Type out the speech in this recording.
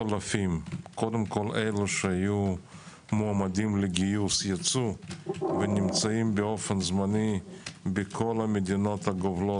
אלה שהיו מועמדים לגיוס ירצו ונמצאים באופן זמני בכל המדינות הגובלות,